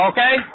Okay